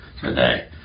today